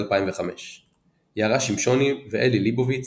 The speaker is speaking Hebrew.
2005 יערה שמשוני ואלי ליבוביץ,